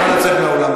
נא לצאת מהאולם.